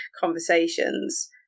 conversations